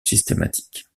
systématique